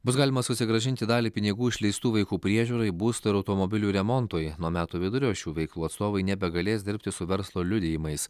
bus galima susigrąžinti dalį pinigų išleistų vaikų priežiūrai būsto ir automobilių remontui nuo metų vidurio šių veiklų atstovai nebegalės dirbti su verslo liudijimais